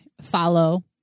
follow